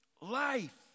life